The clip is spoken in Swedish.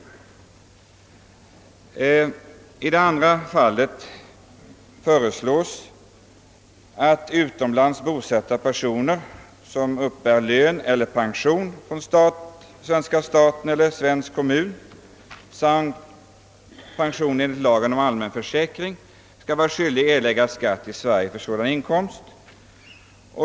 För det andra föreslås att utomlands bosatta personer som uppbär lön eller pension från svenska staten eller svensk kommun samt pension enligt lagen om allmän försäkring skall vara skyldiga erlägga skatt i Sverige för sådan inkomst.